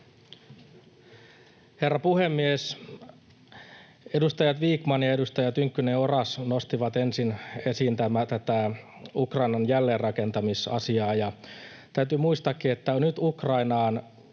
Herra puhemies! Edustaja Vikman ja edustaja Tynkkynen, Oras nostivat ensin esiin tätä Ukrainan jälleenrakentamisasiaa. Täytyy muistaa, että nyt Ukrainan